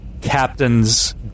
captain's